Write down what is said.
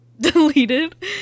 deleted